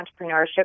Entrepreneurship